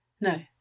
no